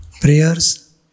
Prayers